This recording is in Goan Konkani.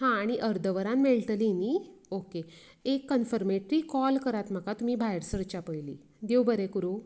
हां आनी अर्दवरान मेळटली न्ही ओके एक कन्फरमेट्री कॉल करात तुमी भायर सरचें पयली देव बरें करूं